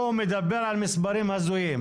הוא מדבר על מספרים הזויים.